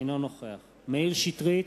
אינו נוכח מאיר שטרית,